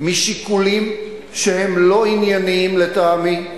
משיקולים שהם לא ענייניים לטעמי,